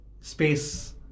space